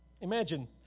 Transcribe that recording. Imagine